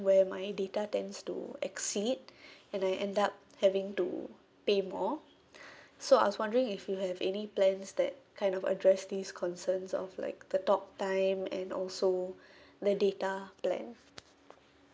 where my data tends to exceed and I end up having to pay more so I was wondering if you have any plans that kind of address this concerns of like the talk time and also the data plan